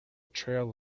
trail